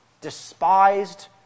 despised